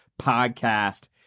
podcast